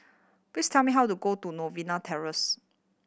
please tell me how to go to Novena Terrace